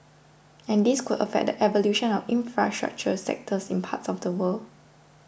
and this could affect the evolution of infrastructure sectors in parts of the world